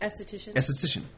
Esthetician